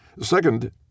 Second